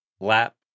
lap